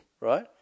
right